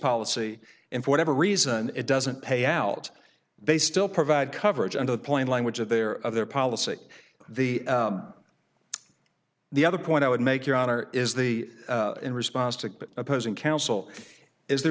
policy in whatever reason it doesn't pay out they still provide coverage under the plan language of their of their policy the the other point i would make your honor is the in response to opposing counsel is there